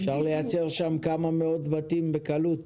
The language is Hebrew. אפשר לייצר שם כמה מאות בתים בקלות.